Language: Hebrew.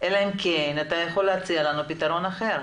אלא אם כן אתה יכול להציע לנו פתרון אחר.